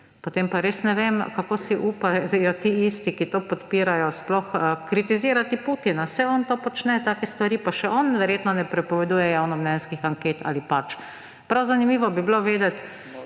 potem pa res ne vem, kako si upajo ti isti, ki to podpirajo, sploh kritizirati Putina. Saj on počne take stvari, pa še on verjetno ne prepoveduje javnomnenjskih anket, ali pač. Prav zanimivo bi bilo vedeti,